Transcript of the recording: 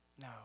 No